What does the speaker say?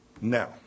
Now